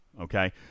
okay